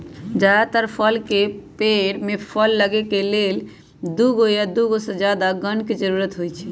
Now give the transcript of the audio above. जदातर फल के पेड़ में फल लगे के लेल दुगो या दुगो से जादा गण के जरूरत होई छई